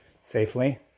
safely